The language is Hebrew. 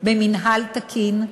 במינהל תקין,